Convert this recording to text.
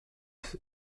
s’il